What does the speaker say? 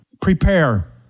Prepare